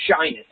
shyness